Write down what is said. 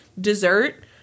dessert